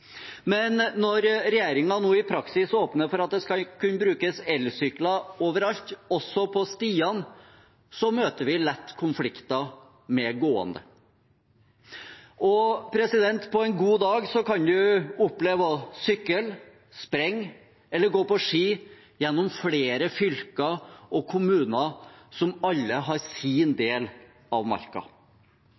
Men når regjeringen nå i praksis åpner for at det skal kunne brukes elsykler overalt, også på stiene, møter vi lett konflikter med gående. På en god dag kan man oppleve å sykle, springe eller gå på ski gjennom flere fylker og kommuner som alle har sin del av Marka.